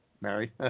Mary